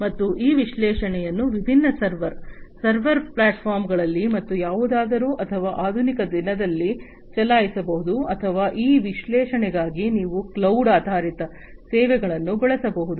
ಮತ್ತು ಈ ವಿಶ್ಲೇಷಣೆಯನ್ನು ವಿಭಿನ್ನ ಸರ್ವರ್ ಸರ್ವರ್ ಫಾರ್ಮ್ಗಳಲ್ಲಿ ಅಥವಾ ಯಾವುದಾದರೂ ಅಥವಾ ಆಧುನಿಕ ದಿನದಲ್ಲಿ ಚಲಾಯಿಸಬಹುದು ಅಥವಾ ಈ ವಿಶ್ಲೇಷಣೆಗಳಿಗಾಗಿ ನಾವು ಕ್ಲೌಡ್ ಆಧಾರಿತ ಸೇವೆಗಳನ್ನು ಬಳಸಬಹುದು